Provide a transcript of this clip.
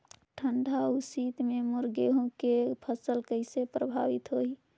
ठंडा अउ शीत मे मोर गहूं के फसल कइसे प्रभावित होही?